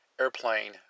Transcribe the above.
airplane